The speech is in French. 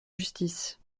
justice